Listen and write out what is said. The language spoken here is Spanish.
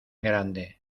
grande